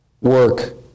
work